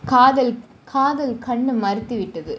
காதல் காதல் கண்ணை மறைத்துவிட்டது :kadhal kadhal kannai maraithuvitathu